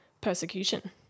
persecution